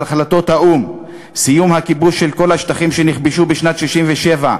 החלטות האו"ם: סיום הכיבוש של כל השטחים שנכבשו בשנת 1967,